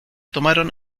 tomaron